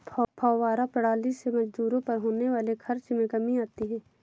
फौव्वारा प्रणाली से मजदूरों पर होने वाले खर्च में कमी आती है